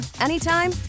anytime